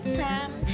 time